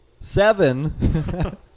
seven